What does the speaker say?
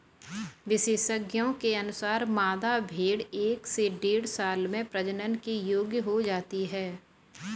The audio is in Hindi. विशेषज्ञों के अनुसार, मादा भेंड़ एक से डेढ़ साल में प्रजनन के योग्य हो जाती है